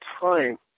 time